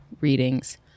readings